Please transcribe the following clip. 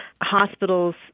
hospitals